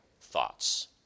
thoughts